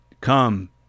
Come